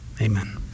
Amen